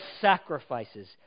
sacrifices